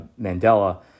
Mandela